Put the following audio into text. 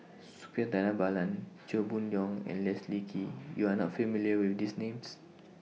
Suppiah Dhanabalan Chia Boon Leong and Leslie Kee YOU Are not familiar with These Names